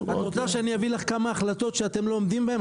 את רוצה שאני אביא לך כמה החלטות שאתם לא עומדים בהם?